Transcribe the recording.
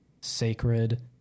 sacred